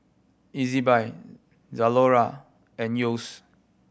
Ezbuy Zalora and Yeo's